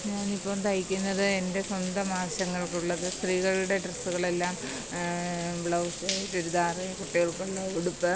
ഞാനിപ്പോള് തയ്ക്കുന്നത് എന്റെ സ്വന്തം ആവശ്യങ്ങള്ക്കുള്ളത് സ്ത്രീകളുടെ ഡ്രസ്സുകളെല്ലാം ബ്ലൗസ് ചുരിദാറ് കുട്ടികള്ക്കുള്ള ഉടുപ്പ്